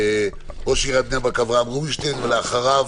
ראש עיריית בני ברק, אברהם רובינשטיין, ואחריו